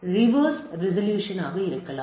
reverse resolution இருக்கலாம்